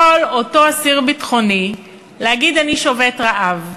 יכול אותו אסיר ביטחוני להגיד: אני שובת רעב,